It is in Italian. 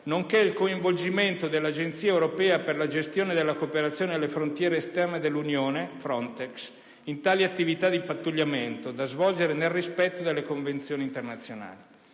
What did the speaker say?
nonché il coinvolgimento dell'Agenzia europea per la gestione della cooperazione alle frontiere esterne dell'Unione (FRONTEX) in tali attività di pattugliamento, da svolgere nel rispetto delle convenzioni internazionali.